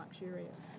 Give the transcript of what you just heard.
luxurious